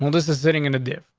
and this is sitting in the def.